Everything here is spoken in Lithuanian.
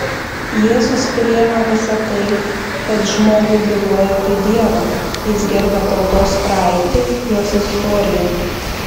jėzus priima visa tai kas žmogui byloja apie dievą jis gerbia tautos praeitį jos istoriją